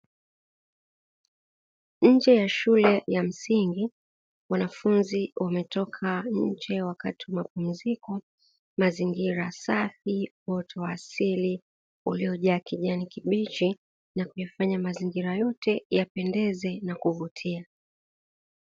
Nje ya shule ya msingi, wanafunzi wametoka nje wakati wa mapumziko. Mazingira safi, uoto wa asili uliojaa kijani kibichi na kuyafanya mazingira yote yapendeze na kuvutia.